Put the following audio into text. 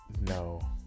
No